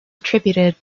attributed